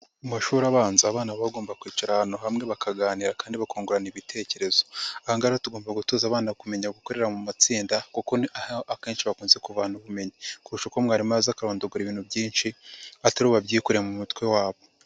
Mu mashuri abanza abana bagomba kwicara ahantu hamwe bakaganira kandi bakungurana ibitekerezo, aha ngaha rero tugomba gutoza abana kumenya gukorera mu matsinda kuko akenshi bakunze kuhavana ubumenyi, kurusha uko mwarimu yaza akarondogora ibintu byinshi atari bo babyikuriye mu mutwe wabo.